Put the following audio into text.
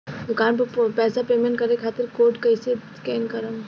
दूकान पर पैसा पेमेंट करे खातिर कोड कैसे स्कैन करेम?